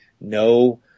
no